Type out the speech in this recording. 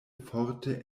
forte